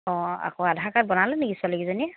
অঁ আকৌ আধাৰ কাৰ্ড বনালে নেকি চোৱালীকেইজনীয়ে